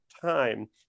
time